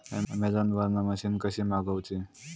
Amazon वरन machine कशी मागवची?